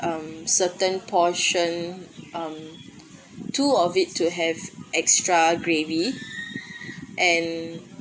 um certain portion um two of it to have extra gravy and